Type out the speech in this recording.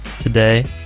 today